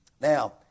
Now